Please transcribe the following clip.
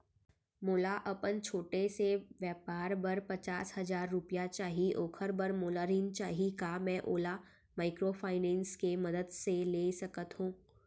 मोला अपन छोटे से व्यापार बर पचास हजार रुपिया चाही ओखर बर मोला ऋण चाही का मैं ओला माइक्रोफाइनेंस के मदद से ले सकत हो?